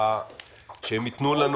שייתנו לנו,